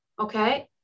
Okay